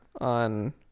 on